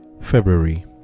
February